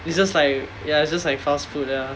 it's just like ya it's just like fast food ya